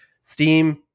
steam